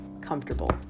comfortable